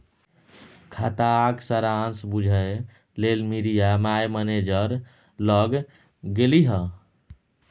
खाताक सारांश बुझय लेल मिरिया माय मैनेजर लग गेलीह